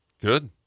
Good